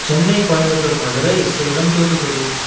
Chennai Coimbatore Madurai Salem Thoothukudi